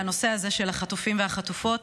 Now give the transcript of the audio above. לנושא הזה של החטופים והחטופות